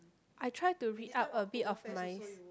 I try to read out a bit of mine